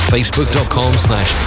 Facebook.com/slash